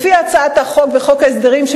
לפי הצעת החוק וחוק ההסדרים,